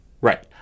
Right